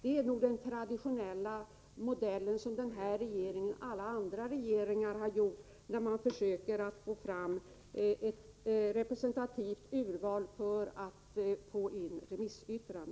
Detta är nog den traditionella modell som den här regeringen och alla andra regeringar använt för att få fram ett representativt urval när man inhämtat remissyttranden.